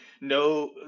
no